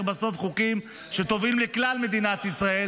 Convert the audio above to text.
בסוף חוקים טובים לכלל מדינת ישראל,